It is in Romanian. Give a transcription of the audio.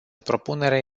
propunere